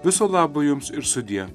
viso labo jums ir sudie